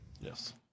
Yes